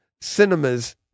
cinemas